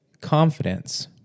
confidence